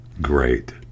great